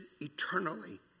eternally